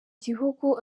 gihugu